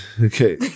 Okay